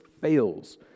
fails